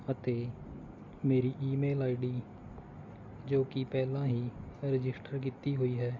ਅਤੇ ਮੇਰੀ email I D ਜੋ ਕਿ ਪਹਿਲਾਂ ਹੀ ਰਜਿਸਟਰ ਕੀਤੀ ਹੋਈ ਹੈ